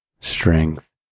strength